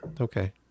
Okay